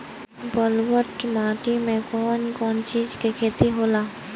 ब्लुअट माटी में कौन कौनचीज के खेती होला?